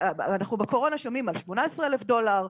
בקורונה אנחנו שומעים על 18,000 דולר,